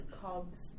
cogs